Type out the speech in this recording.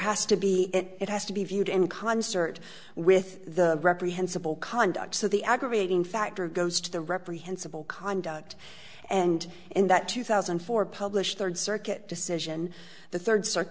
has to be it has to be viewed in concert with the reprehensible conduct so the aggravating factor goes to the reprehensible conduct and in that two thousand and four published third circuit decision the third